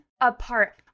apart